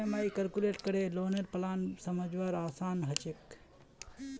EMI calculate करे लौनेर plan समझवार आसान ह छेक